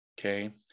Okay